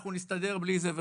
אנחנו נסתדר בלי זה וכו'.